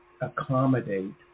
accommodate